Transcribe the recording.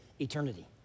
eternity